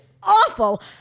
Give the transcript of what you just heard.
awful